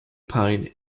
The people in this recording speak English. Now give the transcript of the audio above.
pine